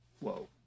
Whoa